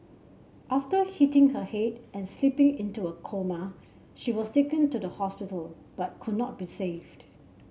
after hitting her head and slipping into a coma she was taken to the hospital but could not be saved